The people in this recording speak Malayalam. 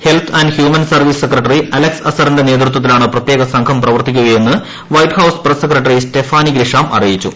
health and human service secretary Alex അസറിന്റെ നേതൃത്വത്തിലാണ് പ്രത്യേകസംഘം പ്രവർത്തിക്കുകയെന്ന് White House press secretary Stephanie Grisham അറിയിച്ചു